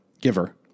giver